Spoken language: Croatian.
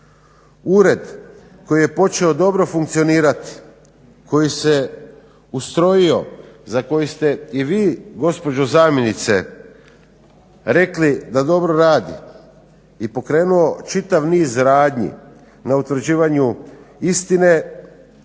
Ured koji je počeo dobro funkcionirati, koji se ustrojio, za koji ste i vi gospođo zamjenice rekli da dobro radi i pokrenuo čitav niz radnji na utvrđivanju istine